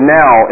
now